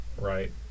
right